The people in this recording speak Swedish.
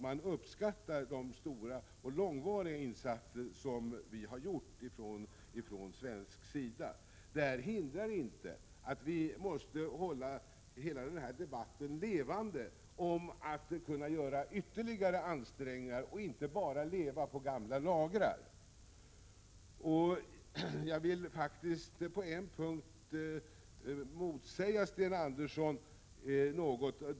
Man uppskattar de stora och långvariga insatser som vi har gjort ifrån svensk sida. Detta hindrar inte att vi måste hålla hela den här debatten levande. Vi måste göra ytterligare ansträngningar, och inte bara vila på gamla lagrar. Jag vill faktiskt motsäga Sten Andersson något på en punkt.